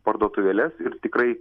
parduotuvėles ir tikrai